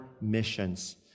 missions